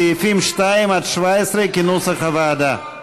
סעיפים 2 17 כנוסח הוועדה.